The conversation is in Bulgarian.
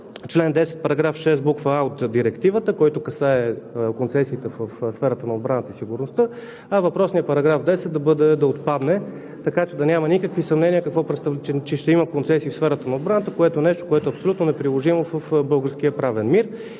чл. 10, § 6, буква „а“ от Директивата, който касае концесията в сферата на отбраната и сигурността, а въпросният § 10 да отпадне, така че да няма никакви съмнения, че ще има концесии в сферата на отбраната – нещо, което е абсолютно неприложимо в българския правен мир.